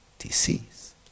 Disease